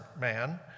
man